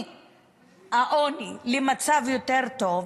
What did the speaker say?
מהעוני למצב יותר טוב,